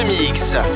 mix